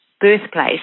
birthplace